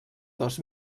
dos